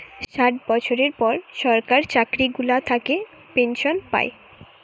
ষাট বছরের পর সরকার চাকরি গুলা থাকে পেনসন পায়